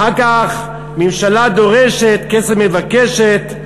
אחר כך: "ממשלה דורשת, כסף מבקשת".